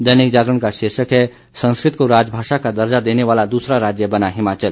दैनिक जागरण का शीर्षक है संस्कृत को राजभाषा का दर्जा देने वाला दूसरा राज्य बना हिमाचल